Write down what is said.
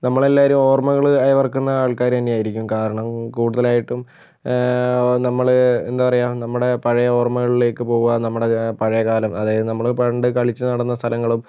നമ്മളെല്ലാവരും ഓർമ്മകൾ അയവിറക്കുന്ന ആൾക്കാർ തന്നെയായിരിക്കും കാരണം കൂടുതലായിട്ടും നമ്മൾ എന്താ പറയുക നമ്മുടെ പഴയ ഓർമ്മകളിലേക്ക് പോകാ നമ്മുടെ പഴയ കാലം അതായത് നമ്മൾ പണ്ട് കളിച്ച് നടന്ന സ്ഥലങ്ങളും